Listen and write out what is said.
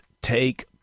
take